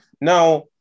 now